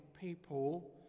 people